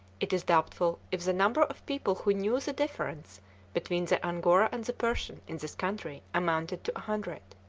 it is doubtful if the number of people who knew the difference between the angora and the persian in this country amounted to a hundred.